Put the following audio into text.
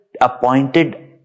appointed